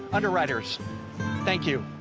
underwriters thank you.